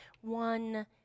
one